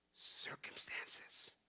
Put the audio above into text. circumstances